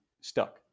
stuck